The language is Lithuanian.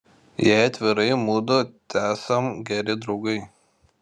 jei atvirai mudu tesam geri draugai